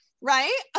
right